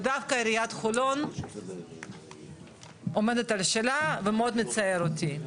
ודווקא עיריית חולון עומדת על שלה וזה מאוד מצער אותי.